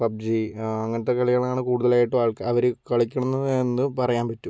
PUBG അങ്ങനത്തെ കളികളാണ് കൂടുതലായിട്ടും ആൾക്കാർ അവര് കളിക്കുന്നതെന്ന് പറയാൻ പറ്റും